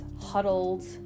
huddled